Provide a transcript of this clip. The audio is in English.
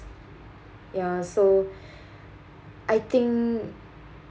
ya so I think